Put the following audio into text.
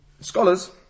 scholars